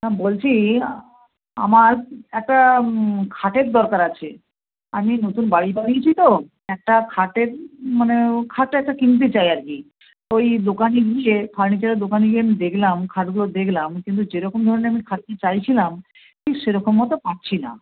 হ্যাঁ বলছি আমার একটা খাটের দরকার আছে আমি নতুন বাড়ি বানিয়েছি তো একটা খাটের মানে খাট একটা কিনতে চাই আর কি ওই দোকানে গিয়ে ফার্নিচারের দোকানে গিয়ে আমি দেখলাম খাটগুলো দেখলাম কিন্তু যেরকম ধরণের আমি খাটটি চাইছিলাম ঠিক সেরকম মতো পাচ্ছি না